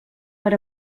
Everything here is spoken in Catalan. per